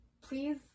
please